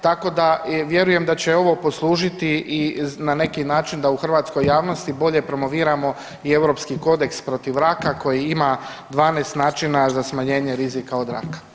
Tako da vjerujem da će ovo poslužiti i na neki način u hrvatskoj javnosti bolje promoviramo i Europski kodeks protiv raka koji ima 12 načina za smanjenje rizika od raka.